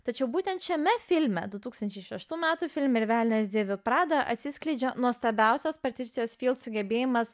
tačiau būtent šiame filme du tūkstančiai šeštų metų filme ir velnias dėvi prada atsiskleidžia nuostabiausias patricijos sugebėjimas